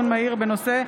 בנושא: